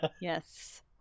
Yes